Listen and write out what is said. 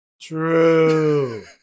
True